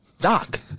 doc